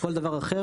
כל דבר אחר.